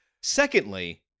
Secondly